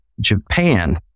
Japan